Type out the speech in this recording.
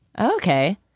Okay